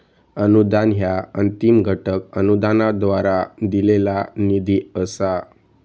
अनुदान ह्या अंतिम घटक अनुदानाद्वारा दिलेला निधी असा